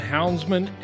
Houndsman